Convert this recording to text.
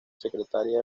secretaría